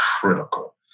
critical